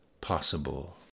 possible